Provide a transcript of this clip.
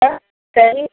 तऽ चाभी